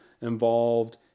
involved